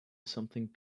something